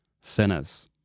sinners